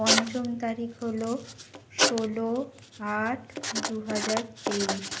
পঞ্চম তারিখ হল ষোলো আট দু হাজার তেইশ